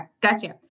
gotcha